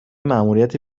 ماموریت